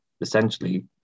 essentially